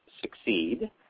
Succeed